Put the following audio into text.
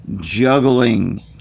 juggling